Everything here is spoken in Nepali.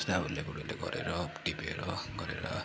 जसलाई लेबरहरूले गरेर टिपेर गरेर